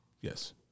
Yes